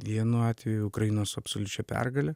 vienu atveju ukrainos absoliučia pergale